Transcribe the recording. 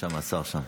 השר שם.